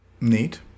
Neat